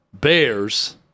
Bears